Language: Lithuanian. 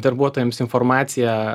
darbuotojams informacija